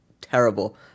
terrible